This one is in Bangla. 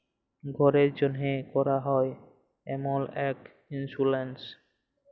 ঘ্যরের জ্যনহে ক্যরা হ্যয় এমল ইক ইলসুরেলস